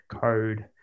code